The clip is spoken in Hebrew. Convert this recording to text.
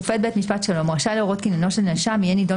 משפט אחר שופט בית משפט שלום רשאי להורות כי עניינו של נאשם יהיה נידון